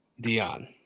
Dion